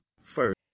first